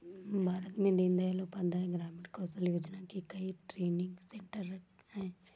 भारत में दीन दयाल उपाध्याय ग्रामीण कौशल योजना के कई ट्रेनिंग सेन्टर है